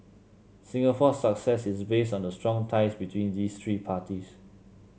Singapore's success is based on the strong ties between these three parties